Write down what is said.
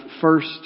first